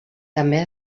també